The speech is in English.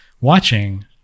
watching